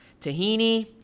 tahini